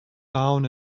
down